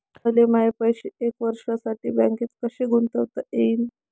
मले माये पैसे एक वर्षासाठी बँकेत कसे गुंतवता येईन?